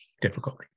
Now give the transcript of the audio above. difficulty